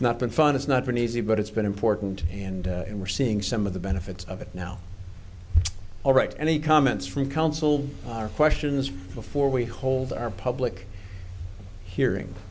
not been fun it's not been easy but it's been important and we're seeing some of the benefits of it now all right any comments from counsel or questions before we hold our public hearing